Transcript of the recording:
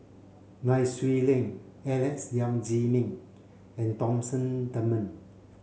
Nai Swee Leng Alex Yam Ziming and Thompson Dunman